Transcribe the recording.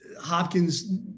Hopkins